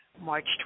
March